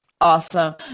Awesome